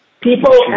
people